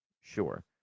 Sure